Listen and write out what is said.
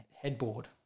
headboard